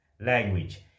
language